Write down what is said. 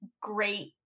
great